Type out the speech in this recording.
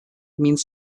means